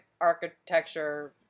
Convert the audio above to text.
architecture